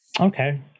Okay